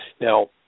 Now